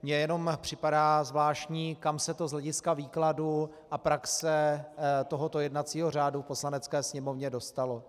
Mně jenom připadá zvláštní, kam se to z hlediska výkladu a praxe tohoto jednacího řádu v Poslanecké sněmovně dostalo.